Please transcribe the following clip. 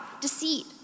deceit